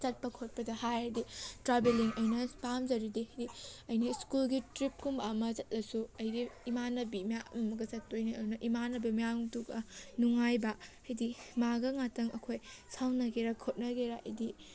ꯆꯠꯄ ꯈꯣꯠꯄꯗ ꯍꯥꯏꯔꯗꯤ ꯇ꯭ꯔꯥꯕꯦꯂꯤꯡ ꯑꯩꯅ ꯄꯥꯝꯖꯔꯤꯗꯤ ꯑꯩꯅ ꯁ꯭ꯀꯨꯜꯒꯤ ꯇꯔꯤꯞꯀꯨꯝꯕ ꯑꯃ ꯆꯠꯂꯁꯨ ꯑꯩꯗꯤ ꯏꯃꯥꯟꯅꯕꯤ ꯃꯌꯥꯝ ꯑꯃꯒ ꯆꯠꯇꯣꯏꯅꯤ ꯑꯗꯨꯅ ꯏꯃꯥꯟꯅꯕꯤ ꯃꯌꯥꯝꯗꯨꯒ ꯅꯨꯡꯉꯥꯏꯕ ꯍꯥꯏꯕꯗꯤ ꯃꯥꯒ ꯉꯍꯇꯪ ꯑꯩꯈꯣꯏ ꯁꯥꯎꯅꯒꯦꯔ ꯈꯣꯠꯅꯒꯦꯔ ꯍꯥꯏꯕꯗꯤ